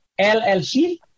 LLC